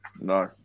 No